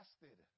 fasted